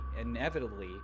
inevitably